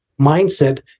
mindset